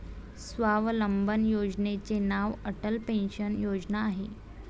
स्वावलंबन योजनेचे नाव अटल पेन्शन योजना आहे